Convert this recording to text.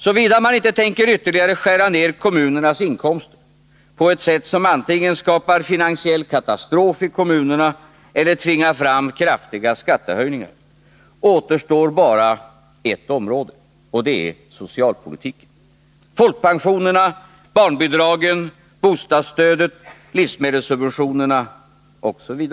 Såvida man inte tänker ytterligare skära ner kommunernas inkomster, på ett sätt som antingen skapar finansiell katastrof i kommunerna eller tvingar fram kraftiga skattehöjningar, återstår bara ett område, och det är socialpolitiken — folkpensioner, barnbidrag, bostadsstöd, livsmedelssubventioner osv.